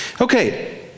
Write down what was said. Okay